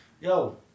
Yo